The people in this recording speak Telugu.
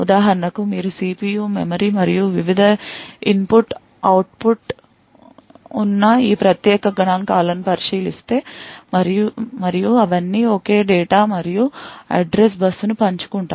ఉదాహరణకు మీరు CPU మెమరీ మరియు వివిధ ఇన్పుట్ అవుట్పుట్ ఉన్న ఈ ప్రత్యేక గణాంకాలను పరిశీలిస్తే మరియు అవన్నీ ఒకే డేటా మరియు అడ్రస్ బస్సును పంచుకుంటాయి